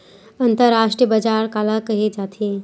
अंतरराष्ट्रीय बजार काला कहे जाथे?